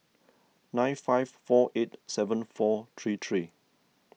nine five four eight seven four three three